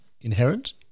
inherent